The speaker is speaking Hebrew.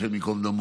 ה' ייקום דמו,